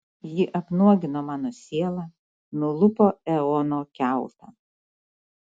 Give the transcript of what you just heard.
ji apnuogino mano sielą nulupo eono kiautą